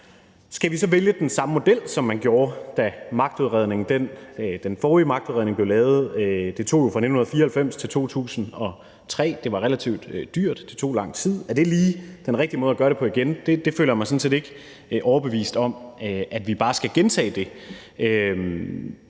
Skal vi så vælge den samme model, som man gjorde, da den forrige magtudredning blev lavet? Arbejdet løb jo fra 1994 til 2003, det var relativt dyrt, og det tog lang tid, så er det lige den rigtige måde at gøre det på igen? Jeg føler mig sådan set ikke overbevist om, at vi bare skal gentage det.